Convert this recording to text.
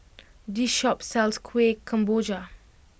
this shop sells Kueh Kemboja